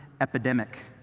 Epidemic